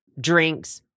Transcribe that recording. drinks